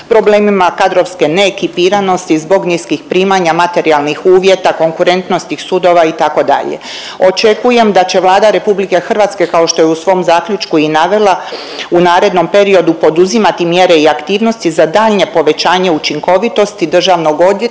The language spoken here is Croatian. problemima kadrovske neekipiranosti zbog niskih primanja, materijalnih uvjeta, konkurentnosti sudova itd., očekujem da će Vlada RH kao što je u svom zaključku i navela u narednom periodu poduzimati mjere i aktivnosti za daljnje povećanje učinkovitosti državnog odvjetništva,